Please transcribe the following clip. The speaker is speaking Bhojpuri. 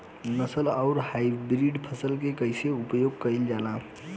नस्ल आउर हाइब्रिड फसल के कइसे प्रयोग कइल जाला?